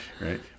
right